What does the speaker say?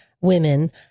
women